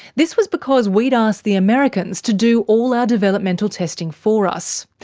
this was because we'd asked the americans to do all our developmental testing for us.